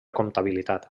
comptabilitat